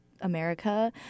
america